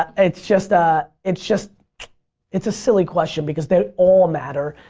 it's just ah it's just it's a silly question because they all matter.